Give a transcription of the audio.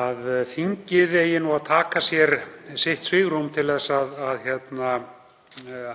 að þingið eigi að taka sér sitt svigrúm til að